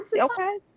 okay